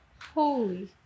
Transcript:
Holy